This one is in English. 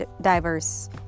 diverse